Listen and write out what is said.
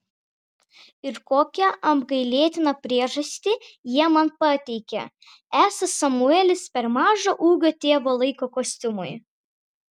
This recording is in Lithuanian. ir kokią apgailėtiną priežastį jie man pateikė esą samuelis per mažo ūgio tėvo laiko kostiumui